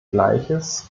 gleiches